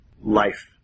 life